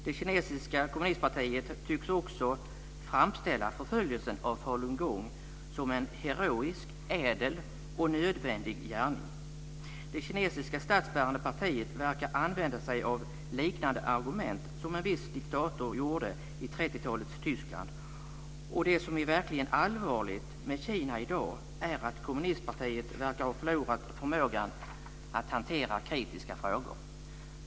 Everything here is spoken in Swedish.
Det kinesiska kommunistpartiet tycks också framställa förföljelsen av falungong som en heroisk, ädel och nödvändig gärning. Det kinesiska statsbärande partiet verkar använda sig av liknande argument som en viss diktator gjorde i 30-talets Tyskland, och det som är verkligen allvarligt med Kina i dag är att kommunistpartiet verkar ha förlorat förmågan att hantera kritiska frågor.